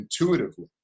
intuitively